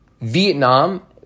Vietnam